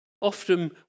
often